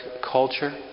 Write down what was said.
culture